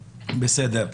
בסדר.